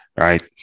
right